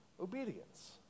obedience